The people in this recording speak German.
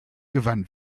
gewann